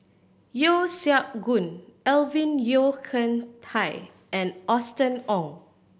Yeo Siak Goon Alvin Yeo Khirn Hai and Austen Ong